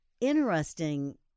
interesting